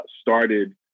started